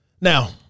Now